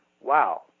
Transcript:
wow